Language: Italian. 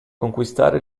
conquistare